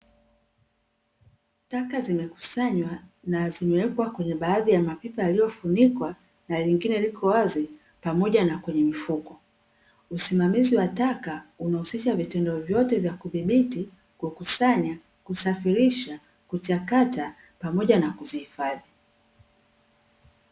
Taka zimekusanywa na zimewekwa kwenye baadhi ya mapipa yaliofunikwa na lingine liko wazi pamoja na kwenye mifuko, usimamizi wa taka unahusisha vitendo vyote vya kudhibiti, kukusanya, kusafirisha, kuchakata pamoja na kuzihifadhi.